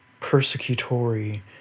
persecutory